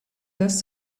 dust